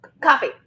Coffee